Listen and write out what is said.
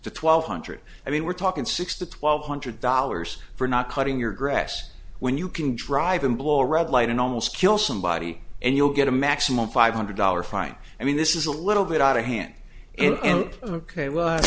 to twelve hundred i mean we're talking six to twelve hundred dollars for not cutting your grass when you can drive and blow a red light and almost kill somebody and you'll get a maximum five hundred dollars fine i mean this is a little bit out of hand and ok well